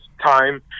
time